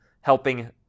helping